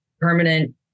permanent